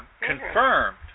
confirmed